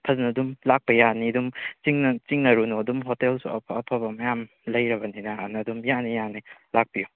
ꯐꯖꯅ ꯑꯗꯨꯝ ꯂꯥꯛꯄ ꯌꯥꯅꯤ ꯑꯗꯨꯝ ꯆꯤꯡꯅꯔꯨꯅꯨ ꯑꯗꯨꯝ ꯍꯣꯇꯦꯜꯁꯨ ꯑꯐ ꯑꯐꯕ ꯃꯌꯥꯝ ꯂꯩꯔꯕꯅꯤꯅ ꯑꯗꯨꯅ ꯑꯗꯨꯝ ꯌꯥꯅꯤ ꯌꯥꯅꯤ ꯂꯥꯛꯄꯤꯌꯨ